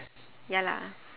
ya lah